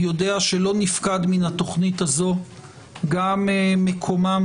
יודע שלא נפקד מן התכנית הזאת גם מקומם